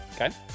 Okay